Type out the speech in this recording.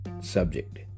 subject